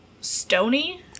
stony